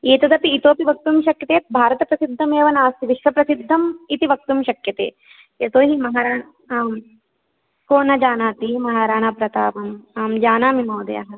एतदपि इतोपि वक्तुं शक्यते भारतप्रसिद्धमेव नास्ति विश्वप्रसिद्धं इति वक्तुं शक्यते यतोहि महारा आं को न जानाति महाराणाप्रतापं अहं जानामि महोदयाः